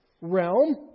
realm